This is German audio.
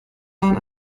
waren